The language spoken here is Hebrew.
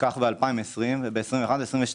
כך ב-2020, ב-2021 וב-2022